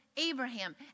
Abraham